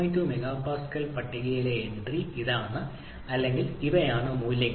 2 MPa പട്ടികയിലെ entry ഇതാണ് അല്ലെങ്കിൽ ഇവയാണ് മൂല്യങ്ങൾ